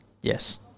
Yes